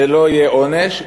זה לא יהיה עונש,